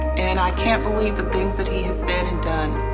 and i can't believe the things that he has said and done,